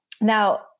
Now